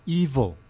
evil